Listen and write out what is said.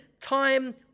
time